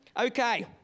Okay